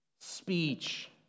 Speech